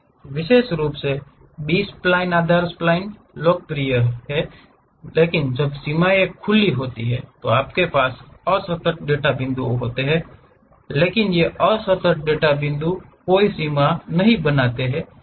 विशेष रूप से B spline आधार स्प्लिन लोकप्रिय हैं जब सीमाएं खुली होती हैं तो आपके पास असतत डेटा बिंदु होते हैं लेकिन ये असतत डेटा बिंदु कोई सीमा नहीं बनाते हैं